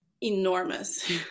enormous